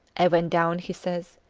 i went down, he says,